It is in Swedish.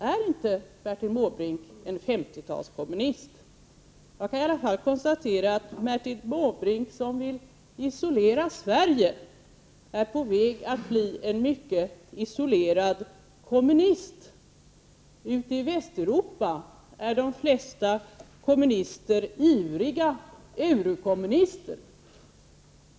Är inte Bertil Måbrink en 50-talskommunist? Jag kan i alla fall konstatera att Bertil Måbrink, som vill isolera Sverige, är på väg att bli en mycket isolerad kommunist. Ute i Västeuropa är de flesta kommunister ivriga eurokommunister.